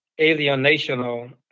alienational